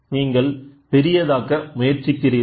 நீங்கள் பெரியதாக்க முயற்ச்சிக்கிறீர்கள்